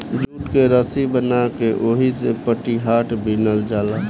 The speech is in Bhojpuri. जूट के रसी बना के ओहिसे पटिहाट बिनल जाला